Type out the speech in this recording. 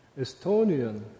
Estonian